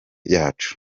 yacu